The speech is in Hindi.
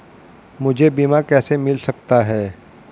मुझे बीमा कैसे मिल सकता है?